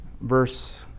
verse